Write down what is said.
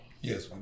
Yes